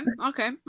okay